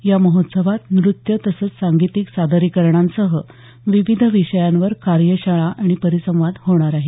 या महोत्सवात नृत्य तसंच सांगितिक सादरीकरणांसह विविध विषयांवर कार्यशाळा परिसंवाद होणार आहेत